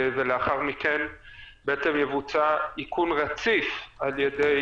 ולאחר מכן בעצם יבוצע איכון רציף על-ידי